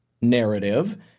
narrative